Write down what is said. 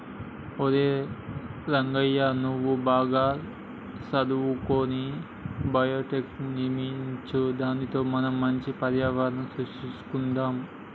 ఒరై రంగయ్య నువ్వు బాగా సదువుకొని బయోషెల్టర్ర్ని నిర్మించు దానితో మనం మంచి పర్యావరణం సృష్టించుకొందాం